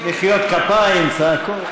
מחיאות כפיים, צעקות.